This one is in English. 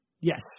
Yes